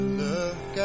look